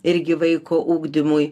irgi vaiko ugdymui